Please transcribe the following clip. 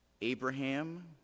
Abraham